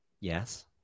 yes